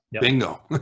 Bingo